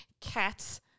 Cats